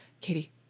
Katie